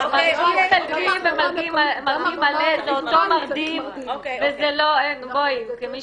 מרדים --- ומרדים מלא זה אותו מרדים וזה לא --- כמי